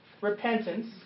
Repentance